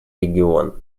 регион